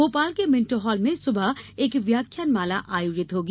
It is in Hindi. भोपाल के मिन्टो हॉल में सुबह एक व्याख्यानमाला आयोजित होगी